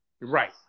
Right